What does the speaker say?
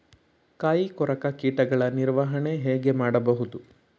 ಕಾಯಿ ಕೊರಕ ಕೀಟಗಳ ನಿರ್ವಹಣೆ ಹೇಗೆ ಮಾಡಬಹುದು?